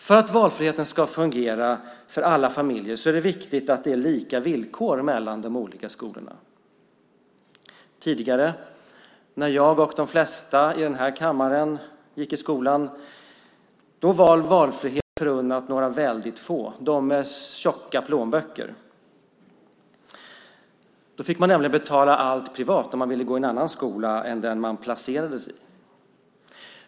För att valfriheten ska fungera för alla familjer är det viktigt att det är lika villkor mellan de olika skolorna. Tidigare, när jag och de flesta av oss i denna kammare gick i skolan, var valfriheten förunnat väldigt få, dem med tjocka plånböcker. Man fick betala allting privat om man ville gå i en annan skola än den man placerades i.